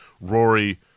Rory